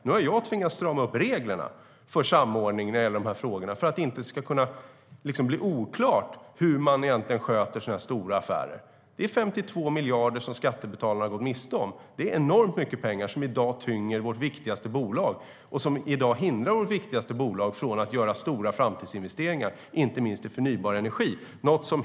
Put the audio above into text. Nu har jag tvingats strama upp reglerna för samordningen i frågorna så att det inte ska bli oklart hur man egentligen sköter så stora affärer. Det är 52 miljarder som skattebetalarna går miste om. Det är enormt mycket pengar, som i dag tynger vårt viktigaste bolag och hindrar det från att göra stora framtidsinvesteringar - inte minst i förnybar energi.